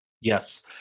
Yes